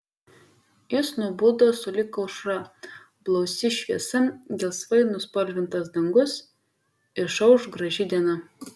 jis nubudo sulig aušra blausi šviesa gelsvai nuspalvintas dangus išauš graži diena